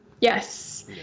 Yes